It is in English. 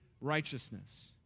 righteousness